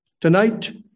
Tonight